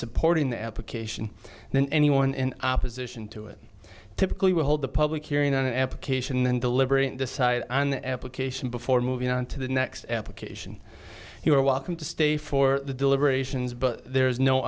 supporting the application then anyone in opposition to it typically will hold the public hearing an application and deliberate decide on the application before moving on to the next application you are welcome to stay for the deliberations but there is no